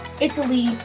Italy